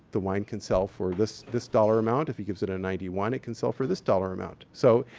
the wine can sell for this this dollar amount. if he gives it a ninety one, it can sell for this dollar amount. so,